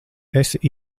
esi